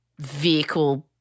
vehicle